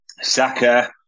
Saka